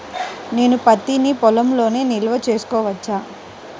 నేను పత్తి నీ పొలంలోనే నిల్వ చేసుకోవచ్చా?